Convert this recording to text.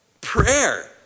Prayer